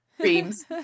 dreams